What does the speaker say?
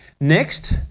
Next